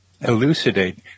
elucidate